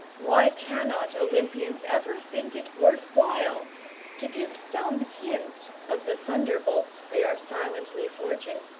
why cannot olympians ever think it worth while to give some hint of the thunderbolts they are silently forging?